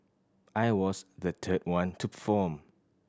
I was the third one to perform